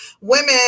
women